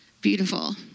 beautiful